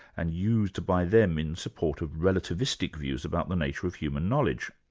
and used by them in support of relativistic views about the nature of human knowledge.